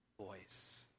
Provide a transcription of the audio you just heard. voice